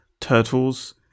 turtles